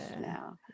now